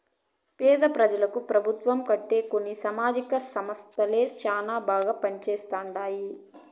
పేద పెజలకు పెబుత్వం కంటే కొన్ని సామాజిక సంస్థలే శానా బాగా పంజేస్తండాయి